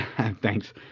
Thanks